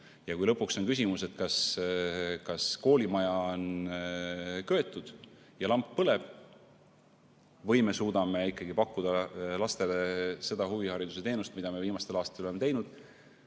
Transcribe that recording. Kui lõpuks on küsimus, kas koolimaja on köetud ja lamp põleb või me suudame pakkuda lastele huviharidusteenust, nagu me viimastel aastatel oleme teinud,